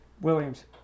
Williams